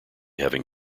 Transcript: having